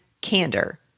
candor